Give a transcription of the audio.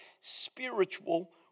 spiritual